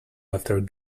after